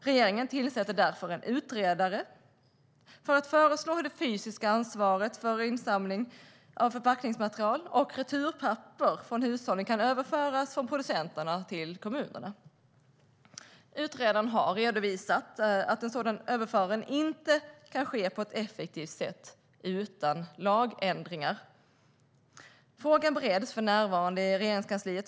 Regeringen tillsatte därför en utredare för att föreslå hur det fysiska ansvaret för insamlingen av förpackningsavfall och returpapper från hushållen kan överföras från producenterna till kommunerna. Utredaren har redovisat att en sådan överföring inte kan ske på ett effektivt sätt utan lagändringar. Frågan bereds för närvarande i Regeringskansliet.